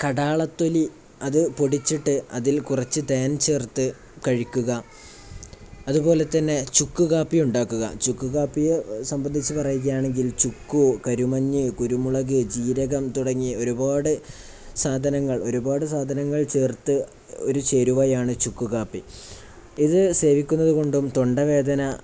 കടാളത്തൊലി അത് പൊടിച്ചിട്ട് അതിൽ കുറച്ച് തേൻ ചേർത്ത് കഴിക്കുക അതുപോലെ തന്നെ ചുക്ക് കാപ്പിയുണ്ടാക്കുക ചുക്ക് കാപ്പിയെ സംബന്ധിച്ച് പറയുകയാണെങ്കിൽ ചുക്കു കരുമഞ്ഞ് കുരുമുളക് ജീരകം തുടങ്ങി ഒരുപാട് സാധനങ്ങൾ ഒരുപാട് സാധനങ്ങൾ ചേർത്ത ഒരു ചേരുവയാണ് ചുക്ക് കാപ്പി ഇത് സേവിക്കുന്നത് കൊണ്ടും തൊണ്ടവേദന